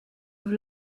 have